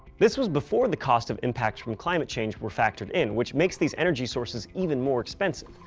this was before the cost of impacts from climate change were factored in, which makes these energy sources even more expensive.